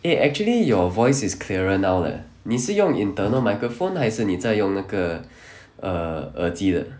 eh actually your voice is clearer now leh 你是用 internal microphone 还是你在用那个 err err 耳机的